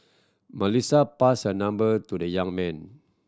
Melissa passed a number to the young man